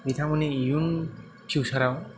बिथांमोननि इयुन फिउसाराव